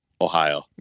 Ohio